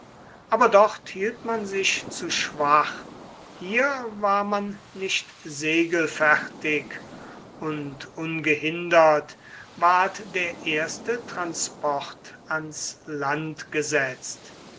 aber dort hielt man sich zu schwach hier war man nicht segelfertig und ungehindert ward der erste transport ans land gesetzt